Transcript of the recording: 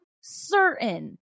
certain